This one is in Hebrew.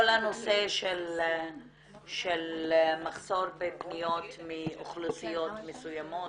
הנושא של מחסור בפניות מאוכלוסיות מסוימות